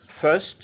First